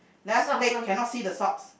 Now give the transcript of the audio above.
left leg cannot see the socks